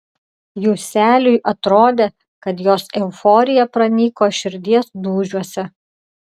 juseliui atrodė kad jos euforija pranyko širdies dūžiuose